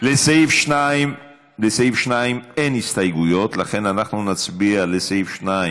לסעיף 2 אין הסתייגויות, ולכן נצביע על סעיף 2